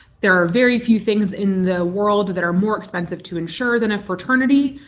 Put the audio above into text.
there are very few things in the world that are more expensive to insure than a fraternity.